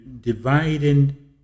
dividing